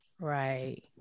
Right